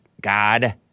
god